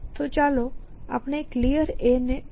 તો ચાલો આપણે Clear ને ઓપન ગોલ્સ તરીકે પસંદ કરીએ